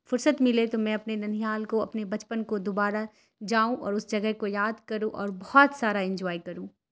فرصت ملے تو میں اپنے ننیہال کو اپنے بچپن کو دوبارہ جاؤں اور اس جگہ کو یاد کروں اور بہت سارا انجوائے کروں